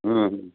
हम्म